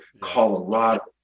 Colorado